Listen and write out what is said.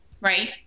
right